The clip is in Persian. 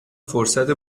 فرصت